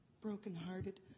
brokenhearted